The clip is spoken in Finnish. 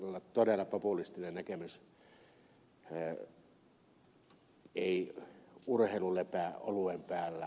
tiusaselle todella populistinen näkemys ei urheilu lepää oluen päällä